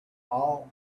all